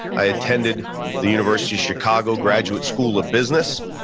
i attended the university of chicago graduate school of business,